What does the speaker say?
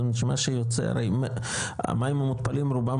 זה נשמע שיוצא הרי המים המותפלים רובם